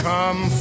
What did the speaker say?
Come